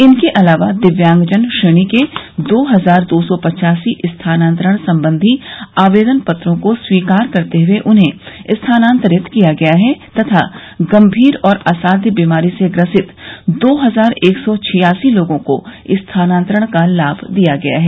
इनके अलावा दिव्यांगजन श्रेणी के दो हजार दो सौ पचासी स्थानान्तरण संबंधी आवेदन पत्रों को स्वीकार करते हुए उन्हें स्थानान्तरित किया गया है तथा गंभीर और असाध्य बीमारी से ग्रसित दो हजार एक सौ छियासी लोगों को स्थानान्तरण का लाभ दिया गया है